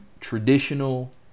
traditional